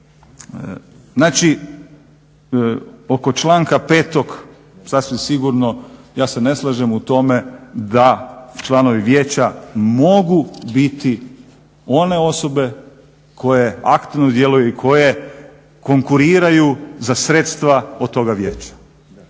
Znači oko članka 5. sasvim sigurno ja se ne slažem u tome da članovi vijeća mogu biti one osobe koje aktivno djeluju i koje konkuriraju za sredstva od toga vijeća.